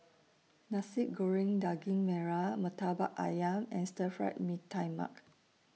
Nasi Goreng Daging Merah Murtabak Ayam and Stir Fry Mee Tai Mak